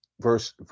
verse